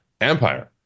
empire